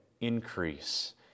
increase